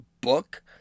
book